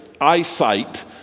eyesight